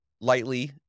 lightly